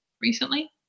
recently